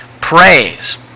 praise